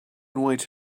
wait